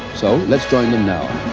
so, lets join them now.